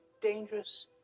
dangerous